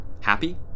Happy